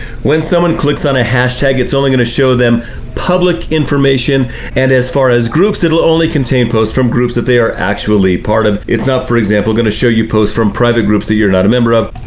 when someone clicks on a hashtag, it's only going to show them public information and as far as groups, it'll only contain posts from groups that they are actually part of. it's not, for example, gonna show you posts from private groups that you're not a member of.